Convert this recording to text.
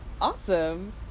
awesome